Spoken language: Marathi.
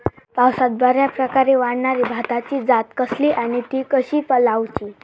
पावसात बऱ्याप्रकारे वाढणारी भाताची जात कसली आणि ती कशी लाऊची?